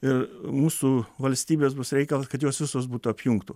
ir mūsų valstybės bus reikalas kad jos visos būtų apjungtos